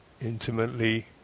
intimately